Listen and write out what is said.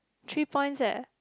three points eh